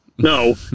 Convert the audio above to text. No